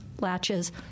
latches